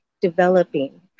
developing